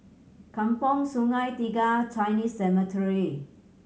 Kampong Sungai Tiga Chinese Cemetery